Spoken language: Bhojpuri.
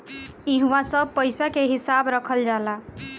इहवा सब पईसा के हिसाब रखल जाला